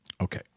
Okay